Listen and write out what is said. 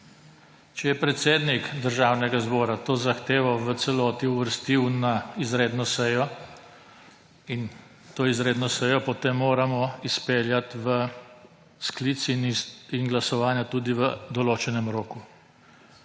Če je predsednik Državnega zbora to zahtevo v celoti uvrstil na izredno sejo, in to izredno sejo potem moramo izpeljati, sklic in glasovanja tudi v določenem roku.